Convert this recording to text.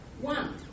One